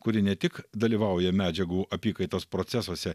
kuri ne tik dalyvauja medžiagų apykaitos procesuose